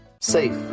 Safe